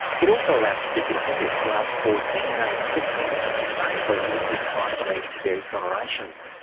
it also allows convicted offenders to ask for dna testing if they believe this might lead to their exoneration.